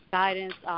guidance